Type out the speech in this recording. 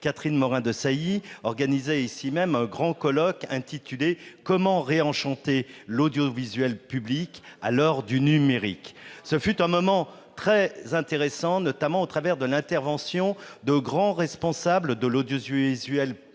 Catherine Morin-Desailly, a organisé ici même un grand colloque intitulé « Comment réenchanter l'audiovisuel public à l'heure du numérique ?». Ce fut un moment très intéressant, notamment grâce à l'intervention de grands responsables de l'audiovisuel public